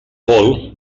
paul